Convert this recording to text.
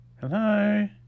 Hello